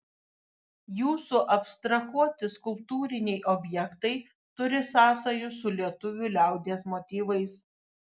jūsų abstrahuoti skulptūriniai objektai turi sąsajų su lietuvių liaudies motyvais